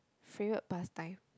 favorite pastime